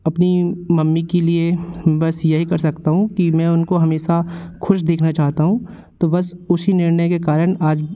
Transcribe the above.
अपनी मम्मी के लिए बस यही कर सकता हूँ कि मैं उनको हमेशा खुश देखना चाहता हूँ तो बस उशी निर्णय के कारण आज